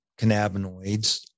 cannabinoids